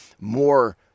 more